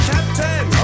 Captain